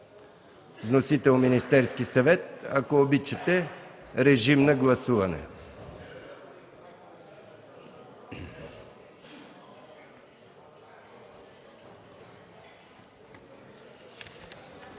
Вносител – Министерският съвет. Ако обичате, режим на гласуване.